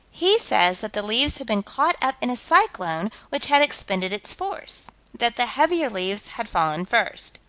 he says that the leaves had been caught up in a cyclone which had expended its force that the heavier leaves had fallen first.